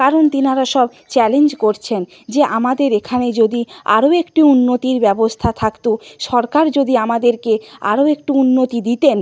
কারণ তেনারা সব চ্যালেঞ্জ করছেন যে আমাদের এখানে যদি আরও একটু উন্নতির ব্যবস্থা থাকত সরকার যদি আমাদেরকে আরও একটু উন্নতি দিতেন